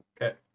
Okay